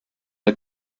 der